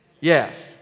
yes